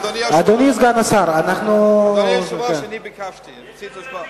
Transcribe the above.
אדוני היושב-ראש, אני ביקשתי, רציתי לשמוע.